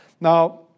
Now